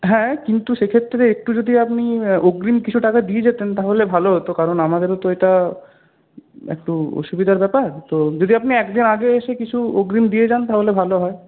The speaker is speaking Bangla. হ্যাঁ কিন্তু সেক্ষেত্রে একটু যদি আপনি অগ্রিম কিছু টাকা দিয়ে যেতেন তাহলে ভালো হতো কারণ আমাদেরও তো এটা একটু অসুবিধার ব্যাপার তো যদি আপনি একদিন আগে এসে কিছু অগ্রিম দিয়ে যান তাহলে ভাল হয়